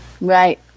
Right